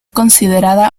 considerada